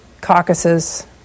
caucuses